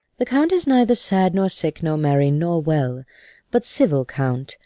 the count is neither sad, nor sick, nor merry, nor well but civil count,